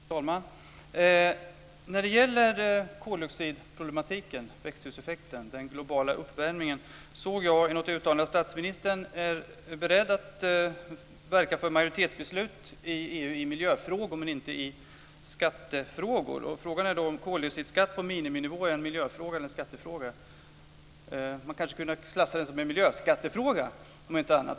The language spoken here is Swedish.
Fru talman! När det gäller koldioxidproblematiken, växthuseffekten och den globala uppvärmningen såg jag något uttalande om att statsministern är beredd att verka för majoritetsbeslut i EU när det gäller miljöfrågor men inte när det gäller skattefrågor. Är då frågan om en koldioxidskatt på en miniminivå en miljöfråga eller en skattefråga? Man kanske skulle kunna klassa den som en miljöskattefråga, om inte annat.